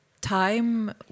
time